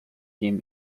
him